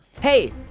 hey